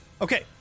okay